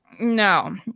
No